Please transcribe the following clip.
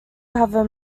cover